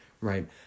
right